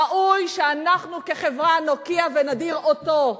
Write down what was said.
ראוי שאנחנו כחברה נוקיע ונדיר אותו.